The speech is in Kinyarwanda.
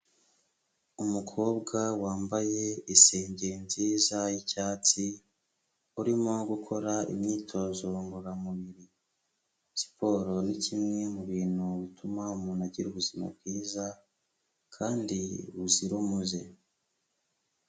Umukobwa wambaye isenge nziza y'icyatsi, urimo gukora imyitozo ngororamubiri. Siporo ni kimwe mu bintu bituma umuntu agira ubuzima bwiza kandi buzira umuze.